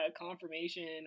confirmation